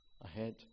ahead